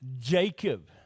Jacob